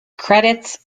credits